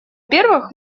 первых